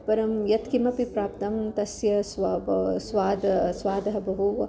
परं यत्किमपि प्राप्तं तस्य स्वादः स्वादः स्वादः बहु